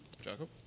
Jacob